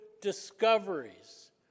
discoveries